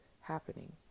happening